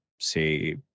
say